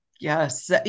Yes